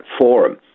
forum